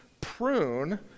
prune